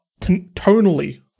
tonally